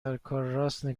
نگاه